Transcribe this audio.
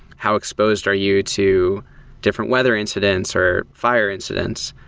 how exposed are you to different weather incidents or fire incidents?